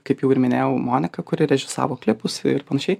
kaip jau ir minėjau monika kuri režisavo klipus ir panašiai